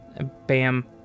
bam